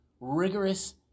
rigorous